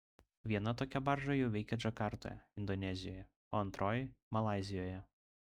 viena tokia barža jau veikia džakartoje indonezijoje o antroji malaizijoje